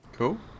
Cool